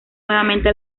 nuevamente